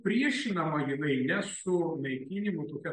priešinama jinai ne su naikinimu tokia